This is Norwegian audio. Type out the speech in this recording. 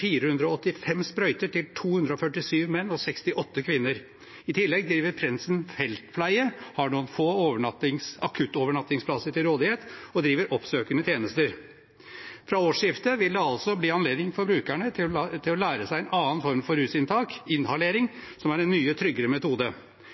485 sprøyter til 247 menn og 68 kvinner. I tillegg driver Prindsen feltpleie, har noen få akuttovernattingsplasser til rådighet og driver oppsøkende tjenester. Fra årsskiftet vil brukerne få anledning til å lære seg en annen form for rusinntak – inhalering – som er en mye tryggere metode.